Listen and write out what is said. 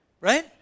right